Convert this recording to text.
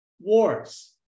wars